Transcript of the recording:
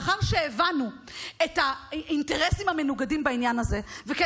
לאחר שהבנו את האינטרסים המנוגדים בעניין הזה וכי